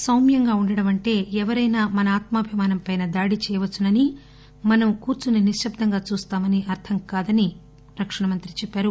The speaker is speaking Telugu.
సామ్యంగా ఉండడం అంటే ఎవరైనా మన ఆత్మాభిమానం పైన దాడి చేయవచ్చునని మనం కూర్చుని నిశ్శబ్దంగా చూస్తామని అర్థం కాదని అన్నారు